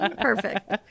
Perfect